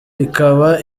ikaba